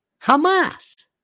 Hamas